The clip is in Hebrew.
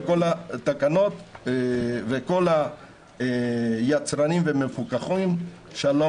כל זה נעשה מהתחלה כדי ליצור רציפות וודאות גם לתעשייה ולמפוקחים בכלל,